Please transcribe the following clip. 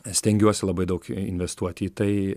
stengiuosi labai daug investuoti į tai